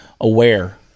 aware